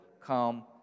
come